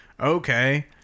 Okay